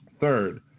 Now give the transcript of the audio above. Third